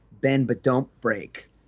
bend-but-don't-break